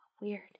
Weird